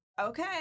okay